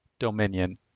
dominion